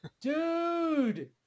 dude